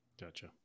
Gotcha